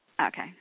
Okay